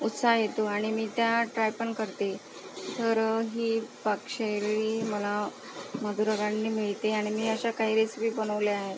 उत्साह येतो आणि मी त्या ट्राय पण करते तर ही पाकशैली मला मदुरा ब्रॅंडनी मिळते आणि मी अशा काही रेसिपी बनवल्या आहे